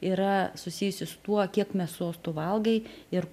yra susijusi su tuo kiek mėsos tu valgai ir